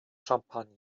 champagne